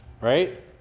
Right